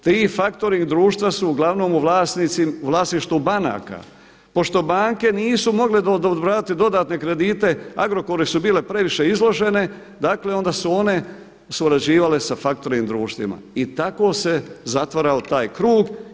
Ti faktoring društva su uglavnom u vlasništvu banaka, pošto banke nisu mogle odobravati dodatne kredite Agrokoru su bile previše izložene onda su one surađivale sa faktoring društvima i tako se zatvarao taj krug.